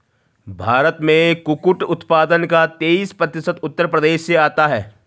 भारत में कुटकुट उत्पादन का तेईस प्रतिशत उत्तर प्रदेश से आता है